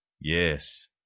Yes